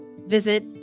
visit